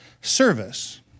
service